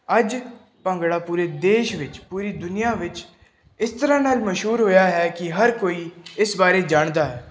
ਅੱਜ ਭੰਗੜਾ ਪੂਰੇ ਦੇਸ਼ ਵਿੱਚ ਪੂਰੀ ਦੁਨੀਆ ਵਿੱਚ ਇਸ ਤਰ੍ਹਾਂ ਨਾਲ ਮਸ਼ਹੂਰ ਹੋਇਆ ਹੈ ਕਿ ਹਰ ਕੋਈ ਇਸ ਬਾਰੇ ਜਾਣਦਾ ਹੈ